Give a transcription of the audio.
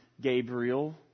Gabriel